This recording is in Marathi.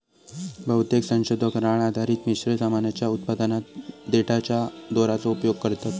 बहुतेक संशोधक राळ आधारित मिश्र सामानाच्या उत्पादनात देठाच्या दोराचो उपयोग करतत